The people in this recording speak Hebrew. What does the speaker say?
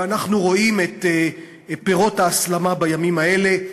ואנחנו רואים את פירות ההסלמה בימים האלה,